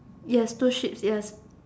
yes two sheep's yes